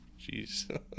jeez